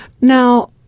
Now